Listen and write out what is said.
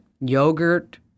yogurt